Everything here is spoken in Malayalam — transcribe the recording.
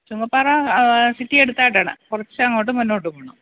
ചുങ്കപ്പാറ സിറ്റി അടുത്തായിട്ടാണ് കുറച്ച് അങ്ങോട്ട് മുന്നോട്ട് പോകണം